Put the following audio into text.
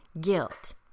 guilt